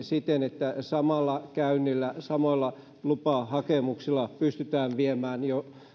siten että samalla käynnillä samoilla lupahakemuksilla pystytään viemään